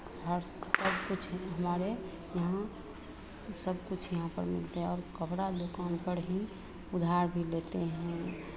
और सबकुछ हमारे यहाँ सबकुछ हमारे यहाँ पर मिलते है और कपड़ा दुकान पर भी उधार भी लेते हैं